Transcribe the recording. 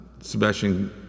Sebastian